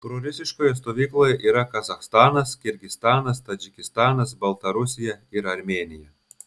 prorusiškoje stovykloje yra kazachstanas kirgizstanas tadžikistanas baltarusija ir armėnija